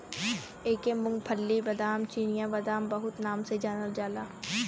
एके मूंग्फल्ली, बादाम, चिनिया बादाम बहुते नाम से जानल जाला